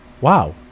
Wow